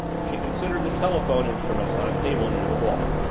she considered the telephone instruments on a table near the wall,